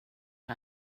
det